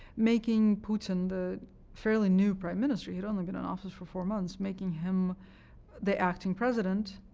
making putin the fairly new prime minister. he'd only been in office for four months, making him the acting president,